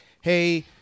hey